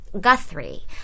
Guthrie